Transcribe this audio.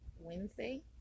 wednesday